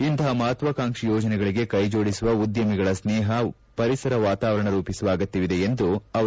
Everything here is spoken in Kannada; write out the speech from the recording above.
ಇಂತಹ ಮಹತ್ವಾಕಾಂಕ್ಷಿ ಯೋಜನೆಗಳಿಗೆ ಕೈಜೋಡಿಸುವ ಉದ್ದಮಿಗಳ ಸ್ನೇಹಿ ವಾತಾವರಣ ರೂಪಿಸುವ ಅಗತ್ಯವಿದೆ ಎಂದರು